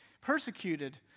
persecuted